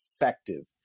effective